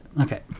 okay